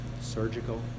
surgical